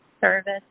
service